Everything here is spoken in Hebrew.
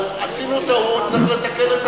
אבל עשינו טעות, צריך לתקן את הטעות.